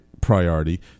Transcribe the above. priority